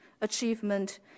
achievement